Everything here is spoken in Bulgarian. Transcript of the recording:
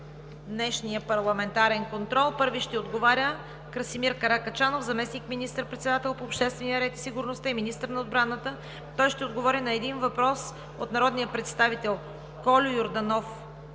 днешния парламентарен контрол. Първи ще отговаря Красимир Каракачанов – заместник министър-председател по обществения ред и сигурността и министър на отбраната. Той ще отговори на един въпрос от народните представители Кольо Йорданов